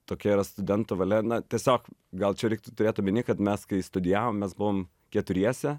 tokia yra studento valia na tiesiog gal čia reiktų turėt omeny kad mes kai studijavom mes buvom keturiese